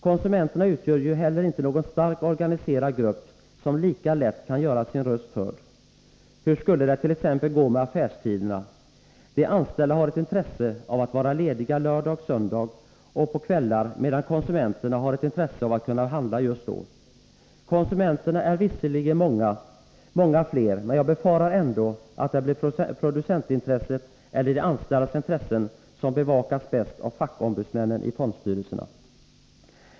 Konsumenterna utgör ju heller inte någon starkt organiserad grupp, som lika lätt kan göra sin röst hörd. Hur skulle det t.ex. gå med affärstiderna? De anställda har ett intresse av att vara lediga lördag-söndag och på kvällar, medan konsumenterna har ett intresse av att kunna handla just då. Konsumenterna är visserligen många, många fler, men jag befarar ändå att det blir producentintresset eller de anställdas intressen som bevakas bäst av fackombudsmännen i fondstyrelserna.